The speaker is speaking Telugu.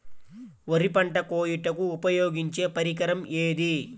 వరి పంట కోయుటకు ఉపయోగించే పరికరం ఏది?